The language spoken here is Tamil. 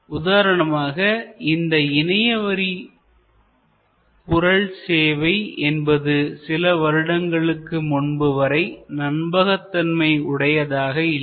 உதாரணமாக இந்த இணையவழி குரல் சேவை என்பது சில வருடங்களுக்கு முன்பு வரை நம்பகத்தன்மைஉடையதாக இல்லை